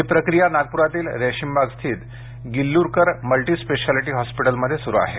ही प्रक्रिया नागप्रातील रेशीमबाग स्थित गिल्लुरकर मल्टिस्पेशालिटी हॉस्पिटलमध्ये सुरु आहे